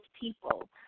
people